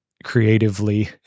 Creatively